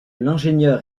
l’ingénieur